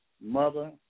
mother